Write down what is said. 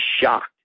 shocked